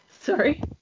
Sorry